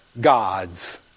God's